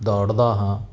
ਦੌੜਦਾ ਹਾਂ